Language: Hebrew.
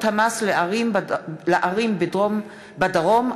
חברי הכנסת יצחק כהן ואראל מרגלית בנושא: ביטול הטבות המס לערים בדרום,